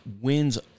wins